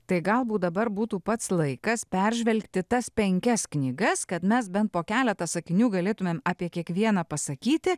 tai galbūt dabar būtų pats laikas peržvelgti tas penkias knygas kad mes bent po keletą sakinių galėtumėm apie kiekvieną pasakyti